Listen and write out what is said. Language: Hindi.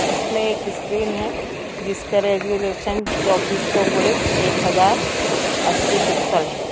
इसमें एक इस्क्रीन है जिसका रिज़ॉल्यूशन चौबीस सौ गुणित एक हज़ार अस्सी पिक्सल है